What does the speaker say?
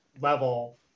level